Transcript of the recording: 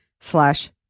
slash